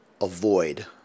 avoid